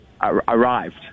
arrived